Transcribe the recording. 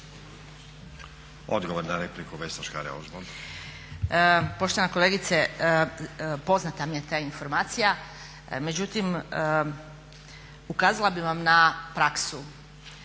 Odgovor na repliku Vesna Škare-Ožbolt.